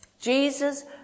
Jesus